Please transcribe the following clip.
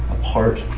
apart